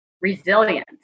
resilience